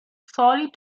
sorry